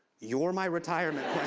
you're my retirement